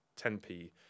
10p